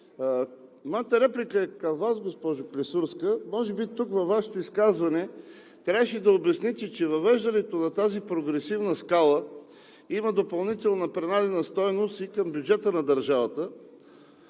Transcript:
Моята реплика е към Вас, госпожо Клисурска. Може би тук във Вашето изказване трябваше да обясните, че въвеждането на тази прогресивна скала има допълнителна принадена стойност и към бюджета на държавата.